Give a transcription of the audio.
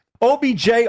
OBJ